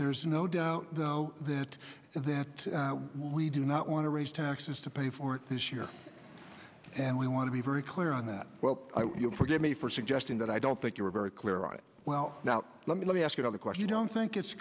there's no doubt that that we do not want to raise taxes to pay for it this year and we want to be very clear on that well you'll forgive me for suggesting that i don't think you were very clear on well now let me let me ask another question i don't think it's